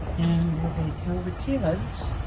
and as i tell the kids,